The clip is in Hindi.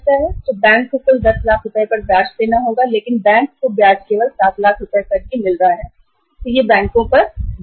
तो बैंक को पूरे 10 लाख रुपए पर ब्याज का भुगतान करना है परंतु बैंक को केवल 7 लाख रुपए पर ब्याज मिल रहा है तो यह बैंकों पर दबाव है